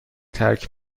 ترک